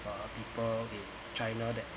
uh people in china that